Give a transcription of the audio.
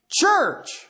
church